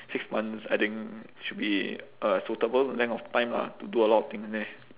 six months I think should be a suitable length of time lah to do a lot of things there